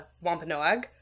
Wampanoag